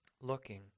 looking